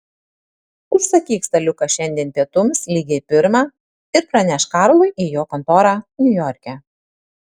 užsakyk staliuką šiandien pietums lygiai pirmą ir pranešk karlui į jo kontorą niujorke